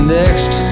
next